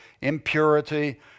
impurity